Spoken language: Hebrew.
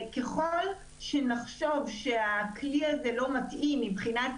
ככל שנחשוב שהכלי הזה לא מתאים מבחינת